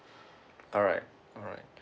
alright alright